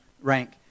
rank